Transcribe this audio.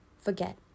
forget